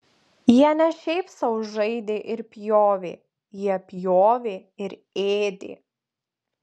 jie ne šiaip sau žaidė ir pjovė jie pjovė ir ėdė